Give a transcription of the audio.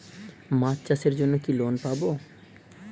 মাছ চাষের জন্য কি লোন পাব?